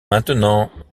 maintenant